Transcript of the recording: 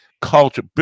culture